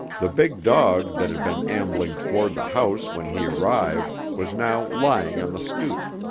the big dog that had been ambling toward the house when he arrived was now lying on the stoop.